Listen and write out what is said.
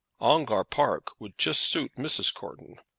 ongar park would just suit mrs. courton,